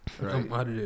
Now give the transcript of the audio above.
Right